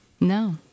No